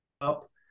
up